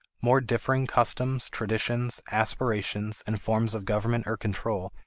more differing customs, traditions, aspirations, and forms of government or control,